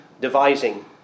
devising